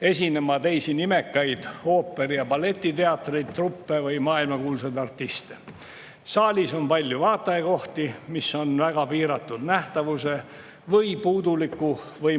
esinema nimekaid ooperi- ja balletiteatritruppe või maailmakuulsaid artiste. Saalis on palju vaatajakohti, mis on väga piiratud nähtavuse või puuduliku või